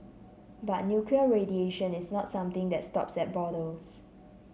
but nuclear radiation is not something that stops at borders